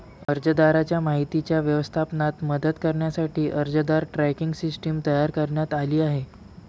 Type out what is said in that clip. अर्जदाराच्या माहितीच्या व्यवस्थापनात मदत करण्यासाठी अर्जदार ट्रॅकिंग सिस्टीम तयार करण्यात आली आहे